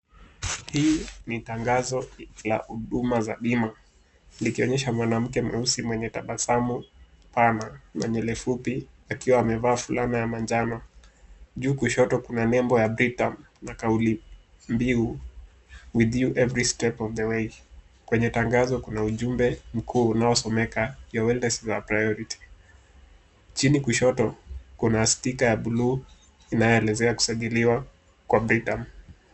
Hii ni tangazo la huduma za bima, likionyesha mwanamke mweusi mwenye tabasamu pana na nywele fupi akiwa amevaa fulana ya manjano, juu kushoto kuna nembo ya Britam na kauli mbiu, with you every step of the way . Kwenye tangazo kuna ujumbe mkuu unaosomeka your wellness is our priority , chini kushoto kuna sticker ya bluu inayoelezea kusajiliwa kwa Britam.